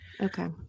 Okay